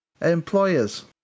employers